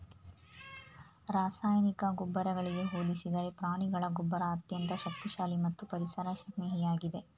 ರಾಸಾಯನಿಕ ಗೊಬ್ಬರಗಳಿಗೆ ಹೋಲಿಸಿದರೆ ಪ್ರಾಣಿಗಳ ಗೊಬ್ಬರ ಅತ್ಯಂತ ಶಕ್ತಿಶಾಲಿ ಮತ್ತು ಪರಿಸರ ಸ್ನೇಹಿಯಾಗಿದೆ